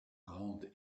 grande